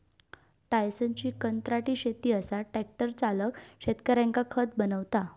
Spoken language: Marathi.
टायसनची कंत्राटी शेती असा ट्रॅक्टर चालक शेतकऱ्यांका खत बनवता